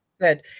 Good